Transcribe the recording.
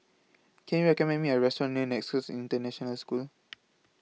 Can YOU recommend Me A Restaurant near Nexus International School